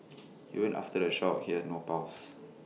even after the shock he had no pulse